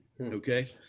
okay